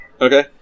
Okay